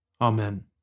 Amen